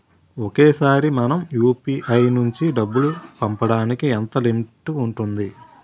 ఒకేసారి మనం యు.పి.ఐ నుంచి డబ్బు పంపడానికి ఎంత లిమిట్ ఉంటుంది?